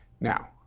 Now